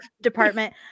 department